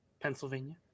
Pennsylvania